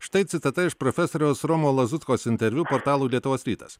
štai citata iš profesoriaus romo lazutkos interviu portalui lietuvos rytas